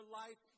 life